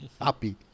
Happy